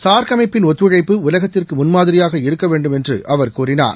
SAARC அமைப்பிள் ஒத்துழைப்பு உலகத்திற்கு முன்மாதிரியாக இருக்க வேண்டும் என்று அவர் கூறினார்